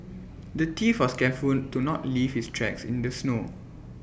the thief was careful to not leave his tracks in the snow